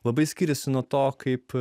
labai skiriasi nuo to kaip